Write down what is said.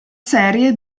serie